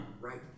right